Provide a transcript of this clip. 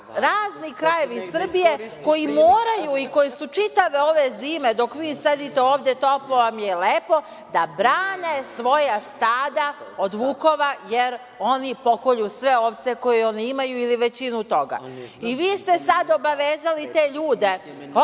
razni krajevi Srbije koji moraju i koji su čitave ove zime, dok vi sedite ovde, toplo vam je i lepo, da brane svoja stada od vukova, jer oni pokolju sve ovce koje imaju ili većinu toga. Vi ste sad obavezali te ljude,